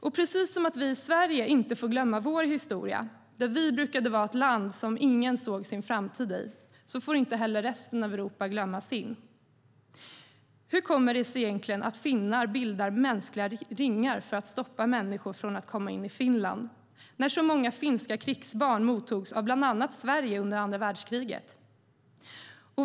Och precis som vi i Sverige inte får glömma vår historia - vi var ett land som ingen såg sin framtid i - får inte heller resten av Europa glömma sin. Hur kommer det sig egentligen att finnar bildar mänskliga ringar för att stoppa människor från att komma in i Finland, när så många finska krigsbarn mottogs av bland annat Sverige under andra världskriget?